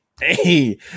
Hey